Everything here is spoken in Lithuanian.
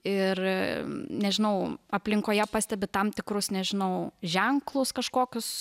ir nežinau aplinkoje pastebi tam tikrus nežinau ženklus kažkokius